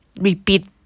repeat